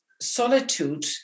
solitude